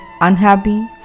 unhappy